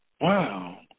Wow